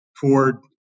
Ford